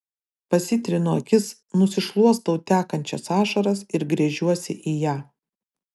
pasitrinu akis nusišluostau tekančias ašaras ir gręžiuosi į ją